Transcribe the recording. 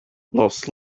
laughs